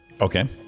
Okay